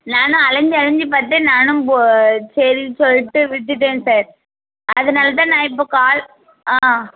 நானும் அலைஞ்சு அலைஞ்சு பார்த்து தான் நானும் போ சரின்னு சொல்லிவிட்டு விட்டுவிட்டேன் சார் அதனால் தான் நான் இப்போது கால் ஆ